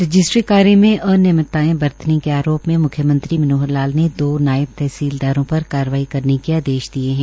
registry कार्य में अनियमिताएं बरतने के आरोप में मुख्मयंत्री मनोहर लाल ने नायब तहसीलदारों पर कारवाई करने के आदेश दिए है